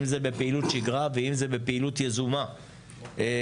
אם זה בפעילות שגרה ואם זה בפעילות יזומה התקפית,